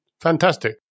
fantastic